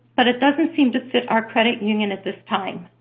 but it doesn't seem to fit our credit union at this time.